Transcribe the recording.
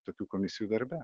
tokių komisijų darbe